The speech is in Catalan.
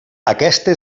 aquesta